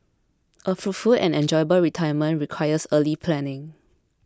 a fruitful and enjoyable retirement requires early planning